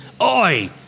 Oi